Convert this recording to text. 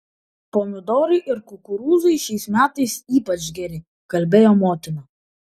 pomidorai ir kukurūzai šiais metais ypač geri kalbėjo motina